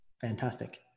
Fantastic